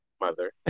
mother